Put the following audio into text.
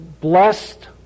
blessed